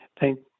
Thank